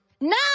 no